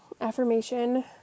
Affirmation